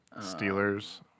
Steelers